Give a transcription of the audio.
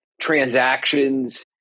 transactions